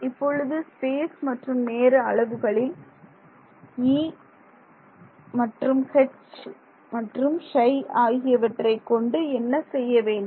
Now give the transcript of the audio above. இப்பொழுது ஸ்பேஸ் மற்றும் நேர அளவுகளில் EH மற்றும் Ψ ஆகியவற்றை கொண்டு என்ன செய்ய வேண்டும்